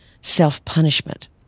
self-punishment